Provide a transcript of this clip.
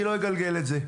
אני לא אגלגל את זה.